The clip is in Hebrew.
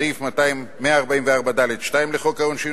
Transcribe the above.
סעיף 144ד2 לחוק העונשין,